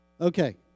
Okay